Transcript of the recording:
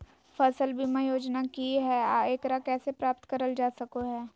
फसल बीमा योजना की हय आ एकरा कैसे प्राप्त करल जा सकों हय?